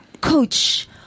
coach